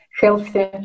healthy